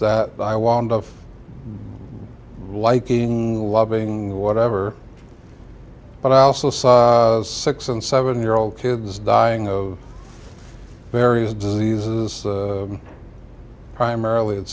that i wound up liking and loving whatever but i also see six and seven year old kids dying of various diseases primarily it